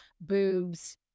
boobs